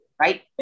right